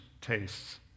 tastes